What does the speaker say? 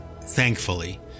thankfully